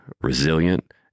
resilient